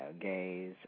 gays